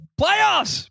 Playoffs